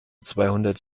zweihundert